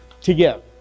together